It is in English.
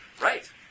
Right